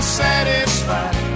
satisfied